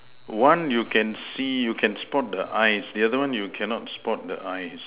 one you can see you can spot the eyes the other one you cannot spot the eyes